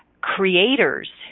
creators